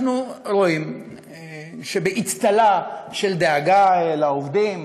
אנחנו רואים שבאצטלה של דאגה לעובדים,